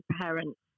parents